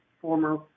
former